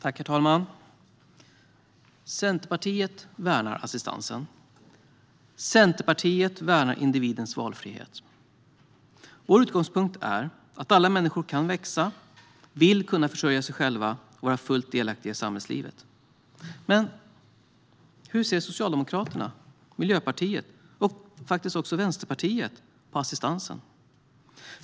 Herr talman! Centerpartiet värnar assistansen. Centerpartiet värnar individens valfrihet. Vår utgångspunkt är att alla människor kan växa, vill kunna försörja sig själva och vill vara fullt delaktiga i samhällslivet. Men hur ser Socialdemokraterna och Miljöpartiet - och faktiskt också Vänsterpartiet - på assistansen?